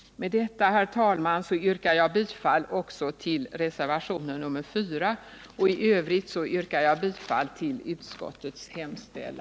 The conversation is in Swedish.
Med detta, herr talman, yrkar jag bifall också till reservationen 4, och i övrigt yrkar jag bifall till utskottets hemställan.